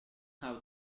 how